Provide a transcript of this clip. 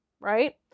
right